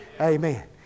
Amen